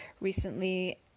recently